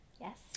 yes